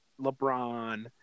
LeBron